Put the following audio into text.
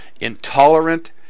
intolerant